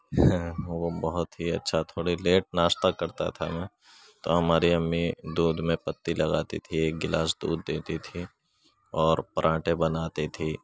وہ بہت ہی اچھا تھوڑی لیٹ ناشتہ کرتا تھا میں تو ہماری امی دودھ میں پتی لگاتی تھی ایک گلاس دودھ دیتی تھی اور پراٹھے بناتی تھی